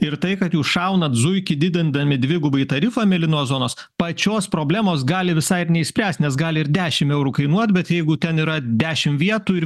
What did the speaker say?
ir tai kad jūs šaunat zuikį didindami dvigubai tarifą mėlynos zonos pačios problemos gali visai ir neišspręst nes gali ir dešim eurų kainuot bet jeigu ten yra dešim vietų ir